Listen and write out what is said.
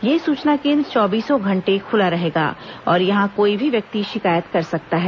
यह सुचना केंद्र चौबीसों घंटे खुला रहेगा और यहां कोई भी व्यक्ति शिकायत कर सकता है